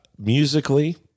musically